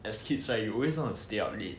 as kids right you always want to stay up late